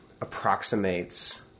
approximates